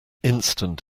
instant